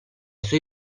suoi